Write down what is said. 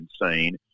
insane